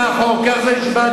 כך, כך נשמע החוק.